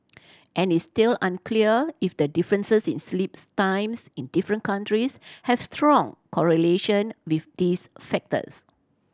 and it's still unclear if the differences in sleeps times in different countries have strong correlation with these factors